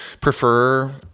prefer